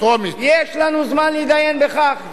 יש לנו זמן להידיין בכך,